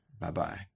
Bye-bye